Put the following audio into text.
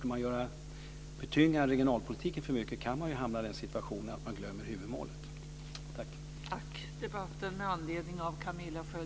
Om man tynger regionalpolitiken för mycket kan man ju hamna i den situationen att man glömmer huvudmålet. Tack!